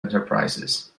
enterprises